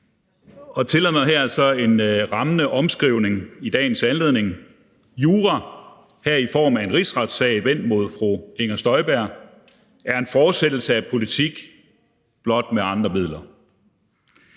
Tillad mig her så at komme med en rammende omskrivning i dagens anledning: Jura – her i form af en rigsretssag vendt mod fru Inger Støjberg – er en fortsættelse af politik, blot med andre midler.